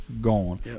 gone